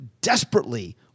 desperately